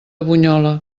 bunyola